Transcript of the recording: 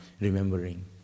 remembering